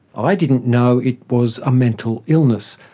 i didn't know it was a mental illness.